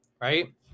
right